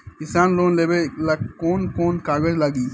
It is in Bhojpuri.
किसान लोन लेबे ला कौन कौन कागज लागि?